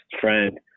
friend